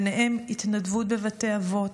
ביניהן התנדבות בבתי אבות,